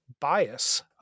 Bias